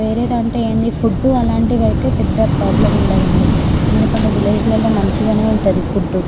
వేరేదంటే ఏంది ఫుడ్ అలాంటివయితే పెద్ద ప్రోబ్లము ఉండదండి ఎందుకంటే విలేజ్లల్లో మంచిగానే ఉంటుంది ఫుడ్డు